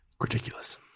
Ridiculous